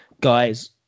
guys